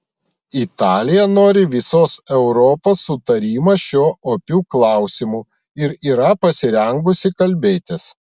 italija nori visos europos sutarimo šiuo opiu klausimu ir yra pasirengusi kalbėtis